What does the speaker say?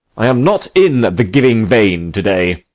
i am not in the giving vein to-day.